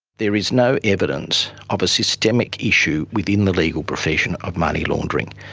there is no evidence of a systemic issue within the legal profession of money laundering.